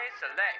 Select